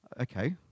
okay